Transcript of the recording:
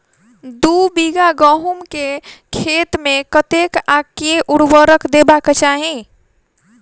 दु बीघा गहूम केँ खेत मे कतेक आ केँ उर्वरक देबाक चाहि?